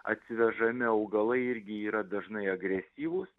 atvežami augalai irgi yra dažnai agresyvūs